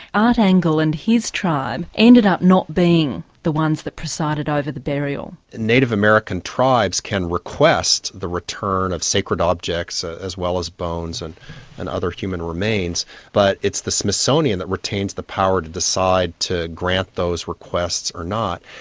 art engel and his tribe ended up not being the ones that presided over the burial. native american tribes can request the return of sacred objects as well as bones and and other human remains but it's the smithsonian that retains the power to decide to grant those requests or not.